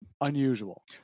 unusual